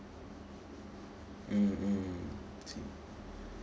mm mm I see